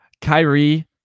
Kyrie